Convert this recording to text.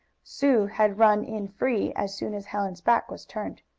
sue had run in free, as soon as helen's back was turned.